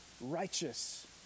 righteous